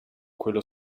quello